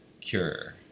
cure